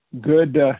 Good